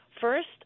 First